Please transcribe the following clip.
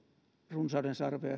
runsaudensarvea